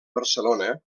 barcelona